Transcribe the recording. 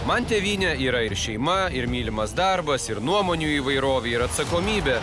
man tėvynė yra ir šeima ir mylimas darbas ir nuomonių įvairovė ir atsakomybė